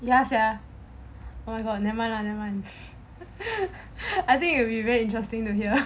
ya sia oh my god never mind lah never mind I think it'll be very interesting to hear